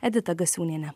edita gasiūniene